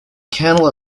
candle